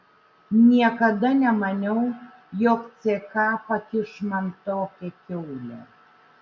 niekada nemaniau jog ck pakiš man tokią kiaulę